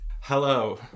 Hello